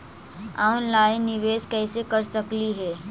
Online निबेस कैसे कर सकली हे?